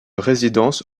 résidence